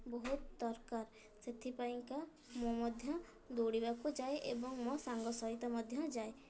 ବହୁତ ଦରକାର ସେଥିପାଇଁକା ମୁଁ ମଧ୍ୟ ଦୌଡ଼ିବାକୁ ଯାଏ ଏବଂ ମୋ ସାଙ୍ଗ ସହିତ ମଧ୍ୟ ଯାଏ